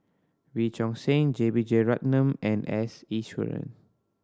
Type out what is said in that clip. Wee Choon Seng J B Jeyaretnam and S Iswaran